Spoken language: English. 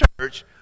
church